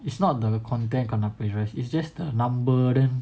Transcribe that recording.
it's not the content kena plagiarise it is just the number then